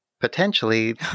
potentially